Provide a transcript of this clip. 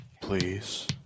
Please